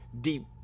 deep